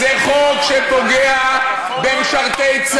לא, שלי עד 21, זה חוק שפוגע במשרתי צה"ל.